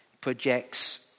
projects